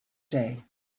day